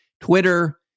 Twitter